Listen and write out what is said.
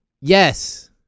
Yes